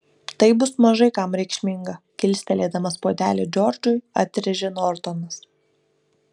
tai bus mažai kam reikšminga kilstelėdamas puodelį džordžui atrėžė nortonas